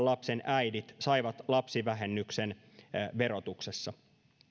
lapsen äidit saivat lapsivähennyksen verotuksessa